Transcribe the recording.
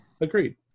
Agreed